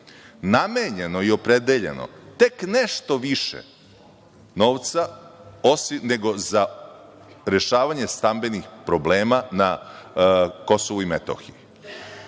namenjeno i opredeljeno tek nešto više novca nego za rešavanje stambenih problema na KiM,